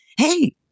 hey